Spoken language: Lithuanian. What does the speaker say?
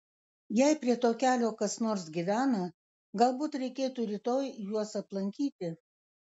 jei prie to kelio kas nors gyvena galbūt reikėtų rytoj juos aplankyti